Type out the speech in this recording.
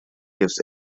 gives